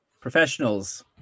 professionals